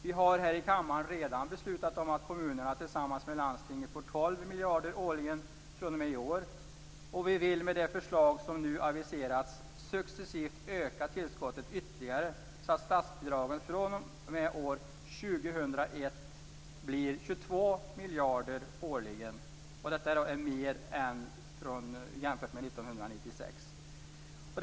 Vi har här i kammaren redan beslutat om att kommunerna tillsammans med landstingen får 12 miljarder årligen fr.o.m. i år, och vi vill med de förslag som nu aviserats successivt öka tillskottet ytterligare, så att statsbidragen fr.o.m. år 2001 blir 22 miljarder årligen. Jämfört med år 1996 är detta mer.